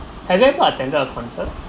and then I attended a concert